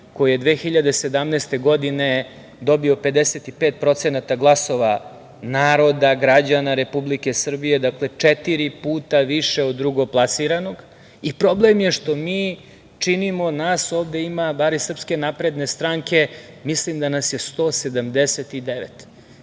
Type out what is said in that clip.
koji je 2017. godine dobio 55% glasova naroda, građana Republike Srbije, dakle četiri puta više od drugoplasiranog i problem je što mi činimo, nas ovde ima, bar iz SNS, mislim da nas je 179.